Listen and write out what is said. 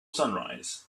sunrise